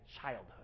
childhood